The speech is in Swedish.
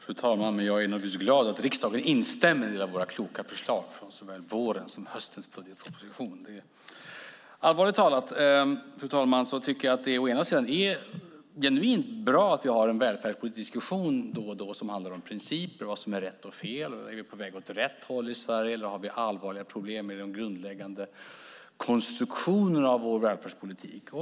Fru talman! Jag är naturligtvis glad att riksdagen instämmer i våra kloka förslag från såväl vårens som höstens budgetproposition. Det är å ena sidan genuint bra att vi då och då har en välfärdspolitisk diskussion som handlar om principer och vad som är rätt och fel. Är vi på väg åt rätt håll i Sverige eller har vi allvarliga problem med de grundläggande konstruktionerna av vår välfärdspolitik?